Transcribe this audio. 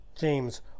James